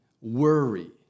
worry